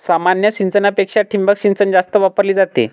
सामान्य सिंचनापेक्षा ठिबक सिंचन जास्त वापरली जाते